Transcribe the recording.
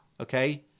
okay